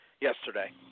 yesterday